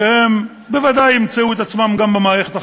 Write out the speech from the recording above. שהם בוודאי ימצאו את עצמם גם במערכת החדשה.